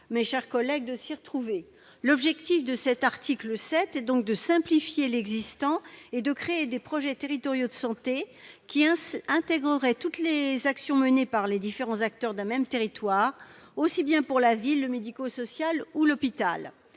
de nous y retrouver ... L'objectif de l'article 7 est donc de simplifier l'existant et de créer des projets territoriaux de santé- PTS -intégrant toutes les actions menées par les différents acteurs d'un même territoire, aussi bien pour la ville que pour le médico-social et l'hôpital.